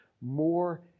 more